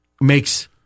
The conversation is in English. makes